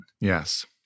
Yes